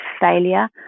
failure